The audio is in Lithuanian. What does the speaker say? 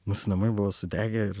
mūsų namai buvo sudegę ir